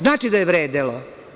Znači da je vredelo.